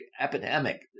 epidemic